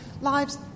lives